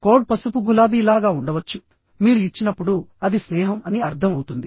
code పసుపు గులాబీ లాగా ఉండవచ్చు మీరు ఇచ్చినప్పుడు అది స్నేహం అని అర్థం అవుతుంది